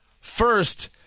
First